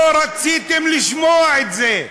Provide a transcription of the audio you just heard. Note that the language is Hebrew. לא רציתם לשמוע את זה.